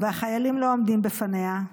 והחיילים לא עומדים בפניה,